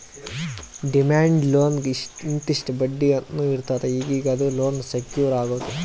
demand ಲೋನ್ಗ್ ಇಂತಿಷ್ಟ್ ಬಡ್ಡಿ ಅಂತ್ನೂ ಇರ್ತದ್ ಈಗೀಗ ಇದು ಲೋನ್ ಸೆಕ್ಯೂರ್ ಆಗ್ಯಾದ್